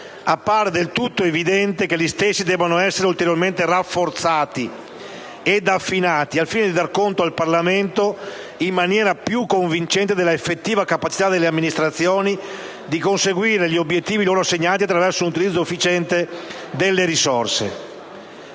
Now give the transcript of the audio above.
appare del tutto evidente che gli stessi debbano essere ulteriormente rafforzati ed affinati, al fine di dar conto al Parlamento, in maniera più convincente, della effettiva capacità delle amministrazioni di conseguire gli obiettivi loro assegnati attraverso un utilizzo efficiente delle risorse.